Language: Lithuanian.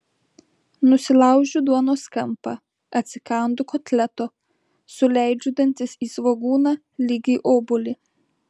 nusilaužiu duonos kampą atsikandu kotleto suleidžiu dantis į svogūną lyg į obuolį